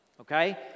okay